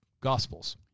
Gospels